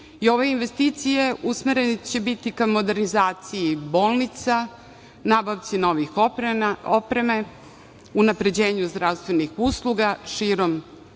i ove investicije usmerene će biti ka modernizaciji bolnica, nabavci nove opreme, unapređenju zdravstvenih usluga širom